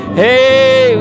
hey